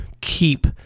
keep